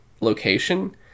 location